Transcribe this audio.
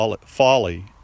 folly